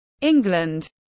england